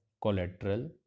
collateral